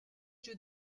giù